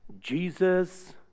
Jesus